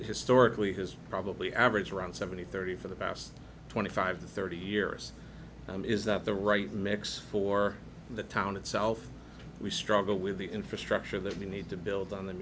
historically has probably averaged around seventy thirty for the past twenty five thirty years is that the right mix for the town itself we struggle with the infrastructure that we need to build on the